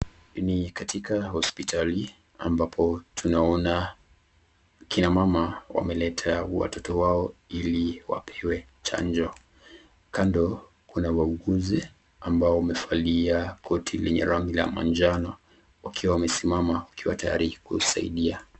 Hii ni katika hospitali ambao tunaona akina mama wameleta watoto wao ili wapewe chanjo. Kando kuna wauguzi ambao wamevalia koti lenye rangi ya manjano wakiwa wamesimama, wakiwa tayari kusaidia.